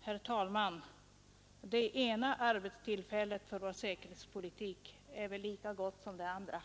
Herr talman! Det ena arbetstillfället för vår säkerhetspolitik är väl lika gott som det andra!